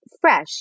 fresh